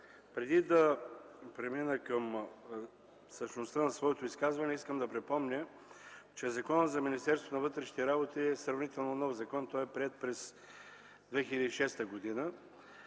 Преди да премина към същността на изказването си, искам да припомня, че Законът за Министерството на вътрешните работи е сравнително нов закон – приет е през 2006 г.